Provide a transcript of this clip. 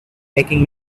making